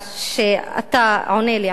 שאתה עונה לי עכשיו,